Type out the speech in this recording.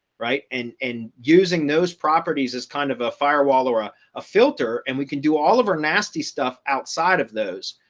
right and, and using those properties is kind of a firewall or ah a filter, and we can do all of our nasty stuff outside of those,